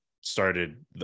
started